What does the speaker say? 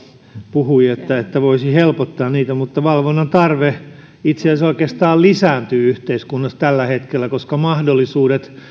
puhui että että voisi helpottaa niitä niin valvonnan tarve itse asiassa oikeastaan lisääntyy yhteiskunnassa tällä hetkellä koska mahdollisuudet